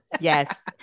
Yes